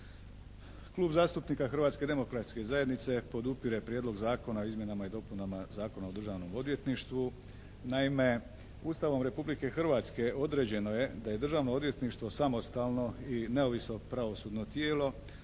Klub zastupnika Hrvatske demokratske zajednice podupire Prijedlog zakona o izmjenama i dopunama Zakona o Državnom odvjetništvu. Naime Ustavom Republike Hrvatske određeno je da je Državno odvjetništvo samostalno i neovisno pravosudno tijelo